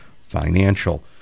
Financial